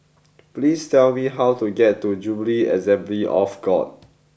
please tell me how to get to Jubilee Assembly of God